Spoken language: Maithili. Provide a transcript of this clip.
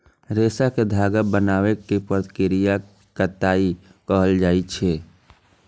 रेशा कें धागा बनाबै के प्रक्रिया कें कताइ कहल जाइ छै